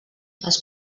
els